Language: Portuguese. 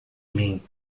mim